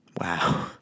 Wow